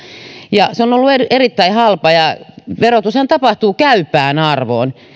ja se on ollut erittäin halpa ja verotushan tapahtuu käypään arvoon